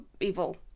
evil